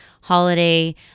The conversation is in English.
holiday